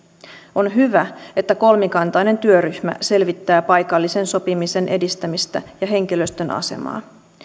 on hyvä että kolmikantainen työryhmä selvittää paikallisen sopimisen edistämistä ja henkilöstön asemaa